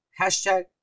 hashtag